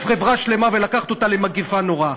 חברה שלמה ולקחת אותה למגפה נוראה.